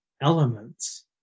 elements